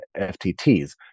FTTs